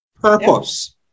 purpose